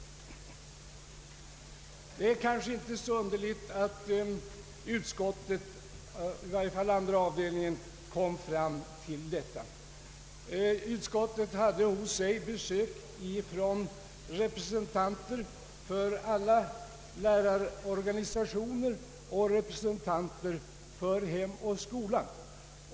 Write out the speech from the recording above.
Det är kanske inte så underligt att utskottet, i varje fall andra avdelningen, ansåg det erforderligt att göra ett sådant uttalande. Utskottet hade under handläggningen av detta ärende besök av representanter för alla lärarorganisationer och för Hem och Skola.